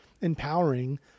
empowering